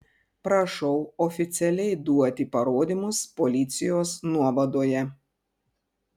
prašau oficialiai duoti parodymus policijos nuovadoje